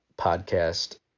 podcast